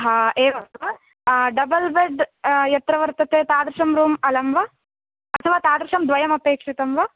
हा एवं वा डबल् बेड् यत्र वर्तते तादृशं रूम् अलं वा अथवा तादृशं द्वयम् अपेक्षितं वा